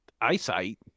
eyesight